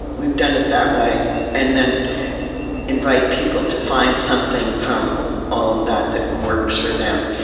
we've done it that way and then invite people to find something from all of that that works for them.